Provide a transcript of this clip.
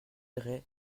intérêt